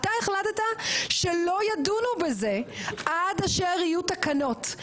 אתה החלטת שלא ידונו בזה עד אשר יהיו תקנות,